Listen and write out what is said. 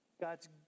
God's